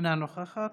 אינה נוכחת.